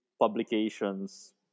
publications